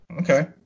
okay